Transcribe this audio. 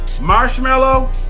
Marshmallow